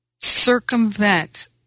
circumvent